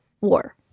war